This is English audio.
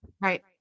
right